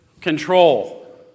control